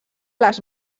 les